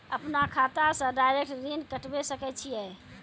अपन खाता से डायरेक्ट ऋण कटबे सके छियै?